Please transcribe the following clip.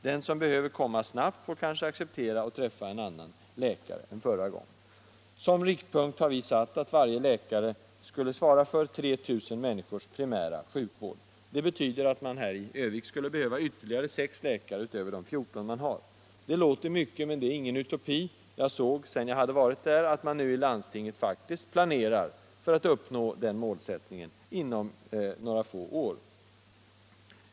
Den som behöver komma snabbt till läkare får kanske acceptera att träffa en annan läkare än förra gången. Som riktpunkt har vi sagt att varje läkare skulle svara för 3 000 människors primära sjukvård. Det betyder att man i Örnsköldsvik skulle behöva ytterligare sex läkare utöver de 14 man har. Det låter mycket, men det är ingen utopi. Sedan jag var i Örnsköldsvik har jag sett att man i landstinget nu planerar för att uppnå den målsättningen inom några få år.